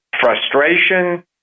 frustration